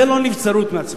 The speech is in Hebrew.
זה לא נבצרות מהצבעה.